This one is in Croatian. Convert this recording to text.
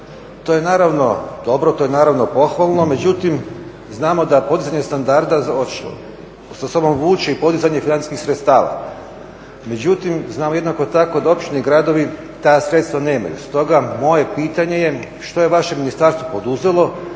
To je naravno dobro, to je naravno pohvalno. Međutim, znamo da podizanje standarda sa sobom vuče i podizanje financijskih sredstava. Međutim, znamo jednako tako da općine i gradovi ta sredstva nemaju. Stoga moje pitanje je što je vaše ministarstvo poduzelo